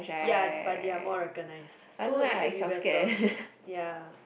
ya but they are more recognized so you you be better ya